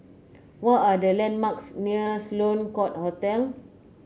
what are the landmarks near Sloane Court Hotel